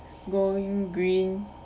going green